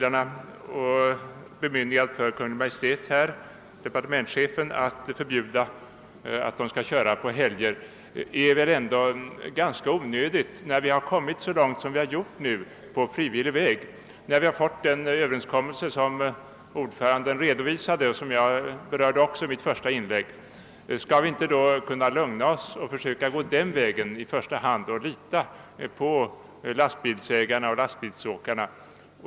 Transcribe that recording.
Att bemyndiga departementscheflen: att förbjuda att lastbilar kör under helger är väl onödigt när vi har komrnit så långt som vi har gjort på frivillig väg och fått den överenskommelse som ordföranden redovisade och som jag berörde i mitt första inlägg. Skall vi inte lugna oss och fortsätta på den vägen att i första hand lita på lastbilsägarna och lastbilsåkarna?